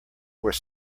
were